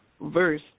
verse